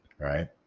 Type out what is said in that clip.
Right